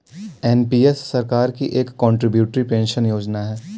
NPS सरकार की एक कंट्रीब्यूटरी पेंशन योजना है